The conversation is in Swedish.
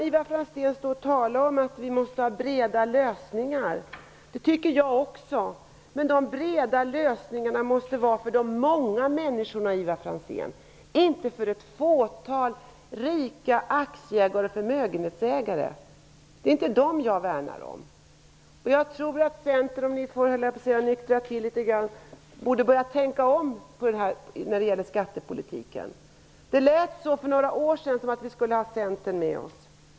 Ivar Franzén säger att det måste bli breda lösningar. Det tycker jag också. Men de breda lösningarna måste vara för de många människorna, Ivar Franzén, inte för ett fåtal rika aktieägare och förmögenhetsägare. Det är inte dem jag värnar om. Jag tycker att ni i Centern, när ni fått nyktra till litet, borde börja tänka om när det gäller skattepolitiken. Det lät så för några år sedan att vi skulle ha Centern med oss.